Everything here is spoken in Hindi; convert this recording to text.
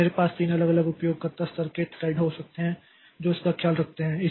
तो मेरे पास तीन अलग अलग उपयोगकर्ता स्तर के थ्रेड हो सकते हैं जो इसका ख्याल रखते हैं